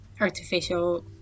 artificial